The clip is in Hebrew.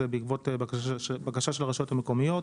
זה בעקבות בקשה של הרשויות המקומיות.